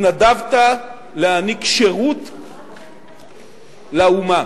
התנדבת להעניק שירות לאומה,